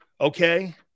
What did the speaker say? Okay